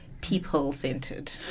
people-centered